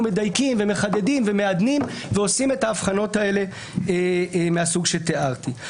מדייקים ומחדדים ומעדנים ועושים את ההבחנות האלה מהסוג שתיארתי.